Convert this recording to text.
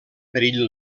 perill